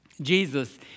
Jesus